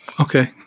Okay